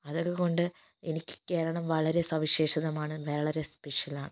അതൊക്കെകൊണ്ട് എനിക്ക് കേരളം വളരെ സവിശേഷമാണ് വളരെ സ്പെഷ്യൽ ആണ്